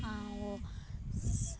ಹಾಂ ಒ